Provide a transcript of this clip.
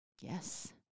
Yes